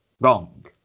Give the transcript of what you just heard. wrong